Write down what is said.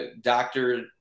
Doctor